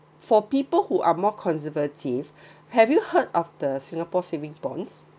for people who are more conservative have you heard of the singapore savings bonds